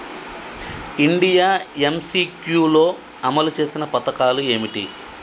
India MCQ లో అమలు చేసిన పథకాలు ఏమిటి?